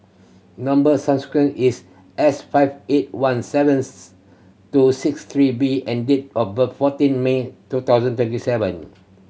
number is S five eight one seventh two six three B and date of birth fourteen May two thousand twenty seven